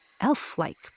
Elf-like